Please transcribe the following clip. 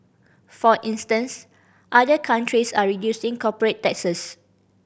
for instance other countries are reducing corporate taxes